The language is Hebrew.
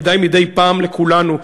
כדאי מדי פעם לכולנו,